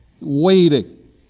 Waiting